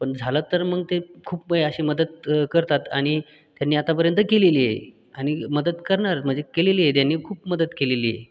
पण झाला तर मग ते खूप अशी मदत करतात आणि त्यांनी आतापर्यंत केलेली आहे आणि मदत करणार म्हणजे केलेली आहे त्यांनी खूप मदत केलेली आहे